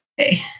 Okay